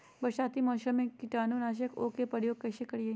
बरसाती मौसम में कीटाणु नाशक ओं का प्रयोग कैसे करिये?